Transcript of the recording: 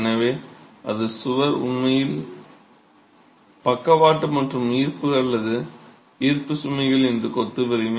எனவே அது சுவர் உண்மையில் பக்கவாட்டு மற்றும் ஈர்ப்பு அல்லது ஈர்ப்பு சுமைகள் என்று கொத்து வலிமை